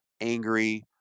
angry